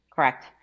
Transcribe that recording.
Correct